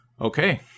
Okay